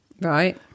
right